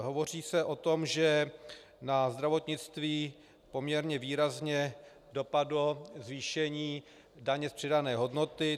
Hovoří se o tom, že na zdravotnictví poměrně výrazně dopadlo zvýšení daně z přidané hodnoty.